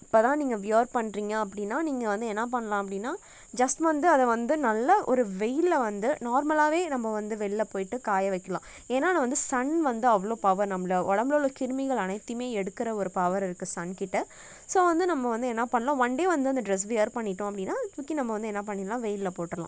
அப்போ தான் நீங்கள் வியர் பண்ணுறீங்க அப்படின்னா நீங்கள் வந்து என்ன பண்ணலாம் அப்படின்னா ஜஸ்ட் வந்து அதை வந்து நல்லா ஒரு வெயிலில் வந்து நார்மலாக நம்ம வந்து வெளியில் போயிட்டு காய வைக்கலாம் ஏன்னா நான் வந்து சன் வந்து அவ்ளோ பவர் நம்மள உடம்புல உள்ள கிருமிகள் அனைத்தையும் எடுக்கிற ஒரு பவர் இருக்குது சன்கிட்ட ஸோ வந்து நம்ம வந்து என்ன பண்ணலாம் ஒன் டே வந்து அந்த டிரெஸ் வியர் பண்ணிட்டோம் அப்படின்னா தூக்கி நம்ம வந்து என்னா பண்ணிடலாம் வெயிலில் போட்டுடலாம்